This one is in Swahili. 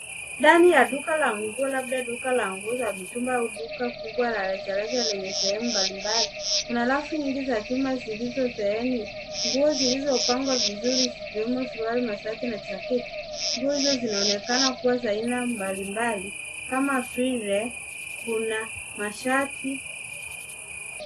Ndani ya duka la nguo labda duka la nguo za mitumba au duka kubwa la rejareja lenye sehemu mbalimbali. Kuna rafu nyingi za chuma zilizosheheni nguo zilizopangwa vizuri zikiwemo suruali, mashati na jaketi. Nguo hizo zinaonekana kuwa za aina mbalimbali kama vile kuna mashati.